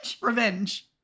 Revenge